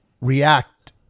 react